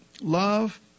love